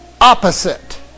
opposite